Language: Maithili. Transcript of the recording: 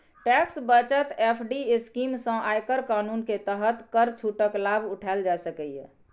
टैक्स बचत एफ.डी स्कीम सं आयकर कानून के तहत कर छूटक लाभ उठाएल जा सकैए